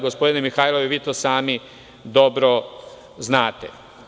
Gospodine Mihajlov, i vi to sami dobro znate.